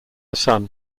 son